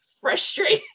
frustrating